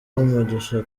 umugisha